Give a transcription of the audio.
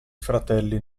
fratelli